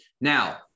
Now